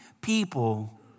people